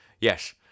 yes